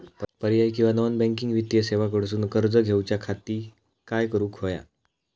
पर्यायी किंवा non banking वित्तीय सेवा कडसून कर्ज घेऊच्या खाती काय करुक होया?